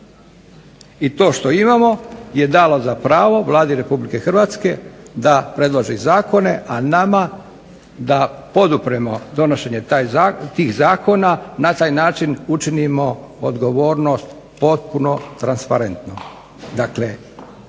i to što imamo je dalo za pravo Vladi Republike Hrvatske da predloži zakone, a nama da podupremo donošenje tih zakona, na taj način učinimo odgovornost potpuno transparentnom. Dakle